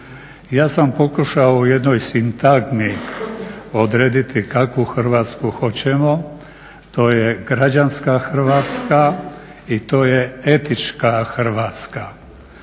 Ja sam pokušao u jednoj sintagmi odrediti kakvu Hrvatsku hoćemo, to je građanska Hrvatska i to je etička Hrvatska.